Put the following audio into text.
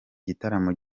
gitaramo